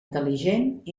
intel·ligent